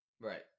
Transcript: right